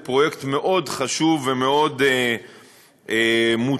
הוא פרויקט מאוד חשוב ומאוד מוצלח.